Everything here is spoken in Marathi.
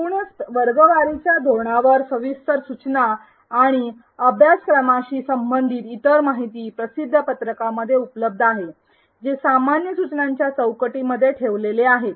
एकूणच वर्गवारीच्या धोरणावर सविस्तर सूचना आणि अभ्यासक्रमाशी संबंधित इतर माहिती प्रसिद्ध पत्रकामध्ये उपलब्ध आहे जे सामान्य सूचनांच्या चौकडी मध्ये ठेवलेले आहे